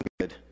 good